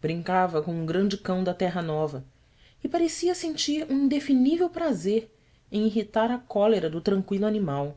brincava com um grande cão da terra nova e parecia sentir um indefinível prazer em irritar a cólera do tranqüilo animal